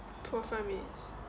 forty five minutes